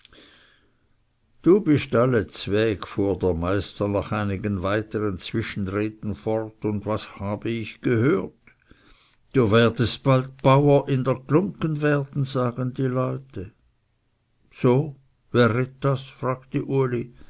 du bist alle zweg fuhr der meister nach einigen weitern zwischenreden fort und was hab ich gehört du werdest bald bauer in der glunggen werden sagen die leute so wer redt das fragte uli